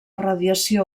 radiació